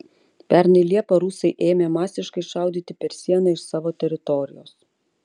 pernai liepą rusai ėmė masiškai šaudyti per sieną iš savo teritorijos